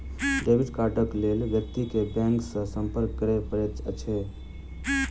debit कार्डक लेल व्यक्ति के बैंक सॅ संपर्क करय पड़ैत अछि